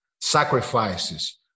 sacrifices